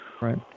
Right